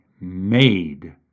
made